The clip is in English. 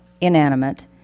inanimate